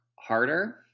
harder